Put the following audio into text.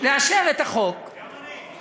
לאשר את החוק, גם אני.